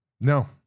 No